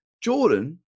Jordan